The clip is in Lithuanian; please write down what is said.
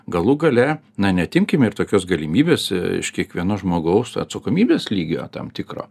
galų gale na neatimkime ir tokios galimybės iš kiekvieno žmogaus atsakomybės lygio tam tikro